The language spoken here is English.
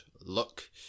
look